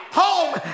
home